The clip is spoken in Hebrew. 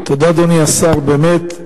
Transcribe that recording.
תודה, אדוני השר, באמת,